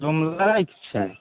room लैके छै